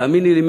תאמיני לי,